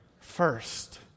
First